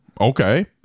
Okay